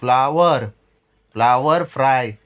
flower flower fry